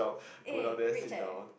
eh rich eh